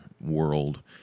world